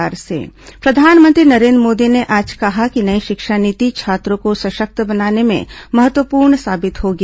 प्रधानमंत्री नई शिक्षा नीति प्रधानमंत्री नरेन्द्र मोदी ने आज कहा कि नई शिक्षा नीति छात्रों को सशक्त बनाने में महत्वपूर्ण साबित होगी